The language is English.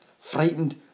frightened